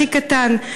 הכי קטן,